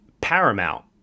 paramount